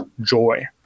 joy